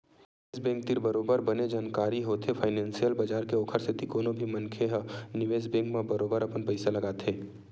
निवेस बेंक तीर बरोबर बने जानकारी होथे फानेंसियल बजार के ओखर सेती कोनो भी मनखे ह निवेस बेंक म बरोबर अपन पइसा लगाथे